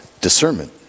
Discernment